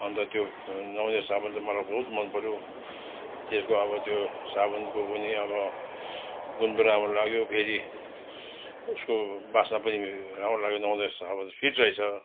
अन्त त्यो नुहाउने साबुन चाहिँ मलाई बहुत मनपऱ्यो त्यसको अब त्यो साबुनको पनि अब गुण पनि राम्रो लाग्यो फेरि उसको बास्ना पनि राम्रो लाग्यो नुहाउने साबुन फिट रहेछ